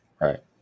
right